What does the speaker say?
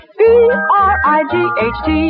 bright